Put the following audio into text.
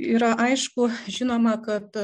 yra aišku žinoma kad